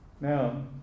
Now